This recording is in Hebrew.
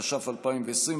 התש"ף 2020,